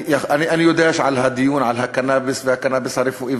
אני יודע שהיה דיון על הקנאביס והקנאביס הרפואי,